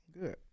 Good